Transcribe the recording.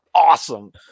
awesome